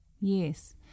Yes